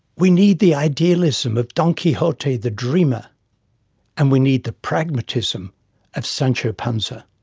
we need the idealism of don quixote the dreamer and we need the pragmatism of sancho panza,